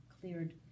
cleared